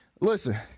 listen